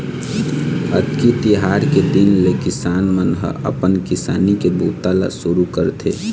अक्ती तिहार के दिन ले किसान मन ह अपन किसानी के बूता ल सुरू करथे